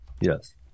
yes